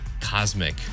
Cosmic